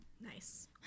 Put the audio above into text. Nice